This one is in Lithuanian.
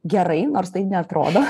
gerai nors tai neatrodo